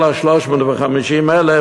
כל ה-350,000,